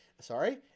sorry